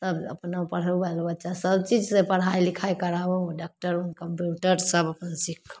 सब अपन पढ़ैवला बच्चा सबचीज से पढ़ाइ लिखाइ कराबू डाकटर कमपाउण्डर सब अपन सीखि